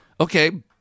okay